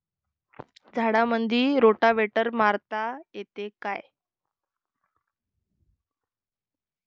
झाडामंदी रोटावेटर मारता येतो काय?